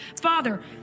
Father